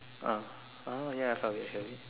uh oh ya I saw it I saw it